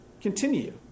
continue